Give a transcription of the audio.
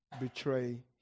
betray